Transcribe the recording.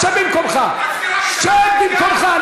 שב במקומך.